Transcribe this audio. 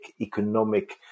economic